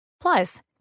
Plus